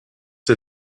der